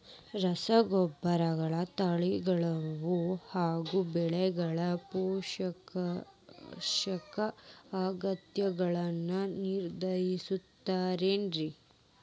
ರಸಗೊಬ್ಬರ ತಂತ್ರಜ್ಞಾನವು ಹ್ಯಾಂಗ ಬೆಳೆಗಳ ಪೋಷಕಾಂಶದ ಅಗತ್ಯಗಳನ್ನ ನಿರ್ಧರಿಸುತೈತ್ರಿ?